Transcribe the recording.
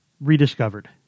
Rediscovered